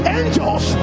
angels